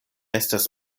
estas